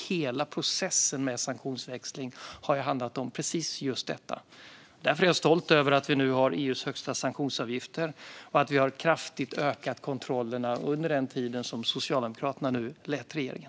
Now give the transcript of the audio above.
Hela processen med sanktionsväxling har ju handlat om precis just detta. Därför är jag stolt över att vi nu har EU:s högsta sanktionsavgifter och att vi kraftigt ökat kontrollerna under den tid som Socialdemokraterna lett regeringen.